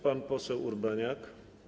Pan poseł Urbaniak.